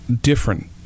different